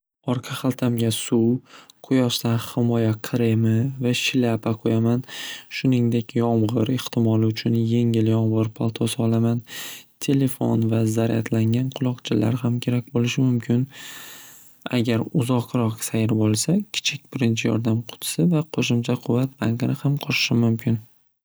Orqa haltamga suv va quyoshdan himoya kremi va shlyapa qo'yaman shuningdek yomg'ir ehtimoli uchun yengil yomg'ir palto solaman telefon va zaryadlangan quloqchinlar ham kerak bo'lishi mumkin agar uzoqroq sayir bo'lsa kichik birinchi yordam qutisi va qo'shimcha quvvat bankini ham qo'shishim mumkin.